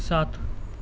सात